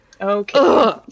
Okay